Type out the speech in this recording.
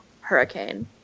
hurricane